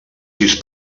sis